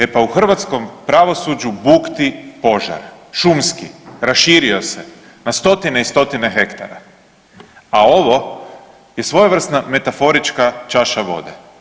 E pa u hrvatskom pravosuđu bukti požar, šumski, raširio se na stotine i stotine hektara, a ovo je svojevrsna metaforička čaša vode.